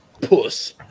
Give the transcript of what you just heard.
puss